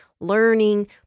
learning